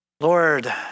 Lord